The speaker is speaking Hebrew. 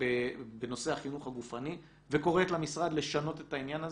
בנושא החינוך הגופני וקוראת למשרד לשנות את העניין הזה.